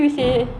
how about you